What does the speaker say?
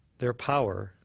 their power